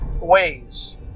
ways